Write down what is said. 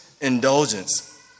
indulgence